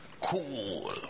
Cool